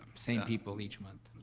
same people each month?